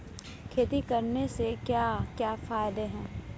खेती करने से क्या क्या फायदे हैं?